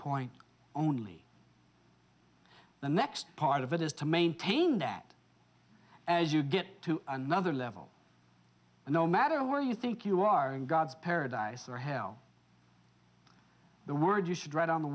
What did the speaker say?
point only the next part of it is to maintain that as you get to another level and no matter where you think you are in god's paradise or hell the word you should read on the